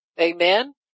amen